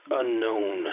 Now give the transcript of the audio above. unknown